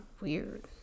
weird